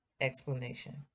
explanation